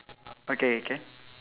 okay can